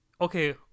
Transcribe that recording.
okay